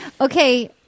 Okay